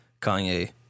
Kanye